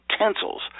utensils